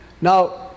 Now